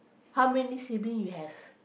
how many sibling you have